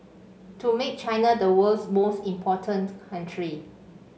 to make China the world's most important country